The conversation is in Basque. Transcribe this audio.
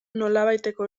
nolabaiteko